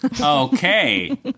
Okay